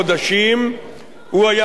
הוא היה תהליך פעיל,